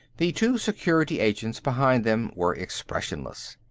the two security agents behind them were expressionless.